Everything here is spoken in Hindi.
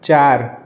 चार